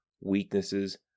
weaknesses